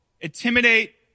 intimidate